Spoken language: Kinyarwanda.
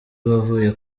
bavuye